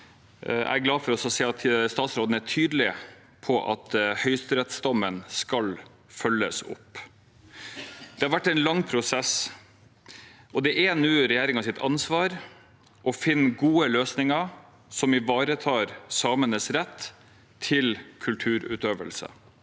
statsråden er tydelig på at høyesterettsdommen skal følges opp. Det har vært en lang prosess, og det er nå regjeringens ansvar å finne gode løsninger som ivaretar samenes rett til kulturutøvelse.